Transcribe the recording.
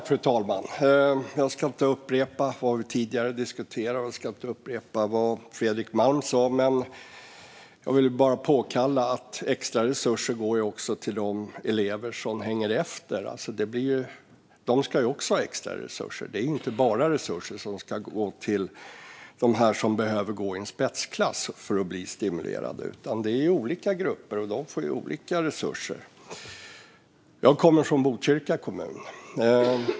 Fru talman! Jag ska inte upprepa det vi har diskuterat tidigare eller vad Fredrik Malm sa. Jag vill bara peka på att extra resurser också går till de elever som ligger efter. De ska också ha extra resurser. Det handlar inte bara om att resurser ska gå till dem som behöver gå i spetsklass för att bli stimulerade. Det går till olika grupper, och de får olika resurser. Jag kommer från Botkyrka kommun.